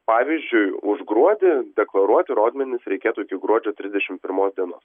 pavyzdžiui už gruodį deklaruoti rodmenis reikėtų iki gruodžio trisdešim pirmos dienos